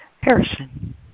harrison